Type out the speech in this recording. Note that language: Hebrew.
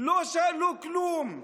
לא שאלו כלום.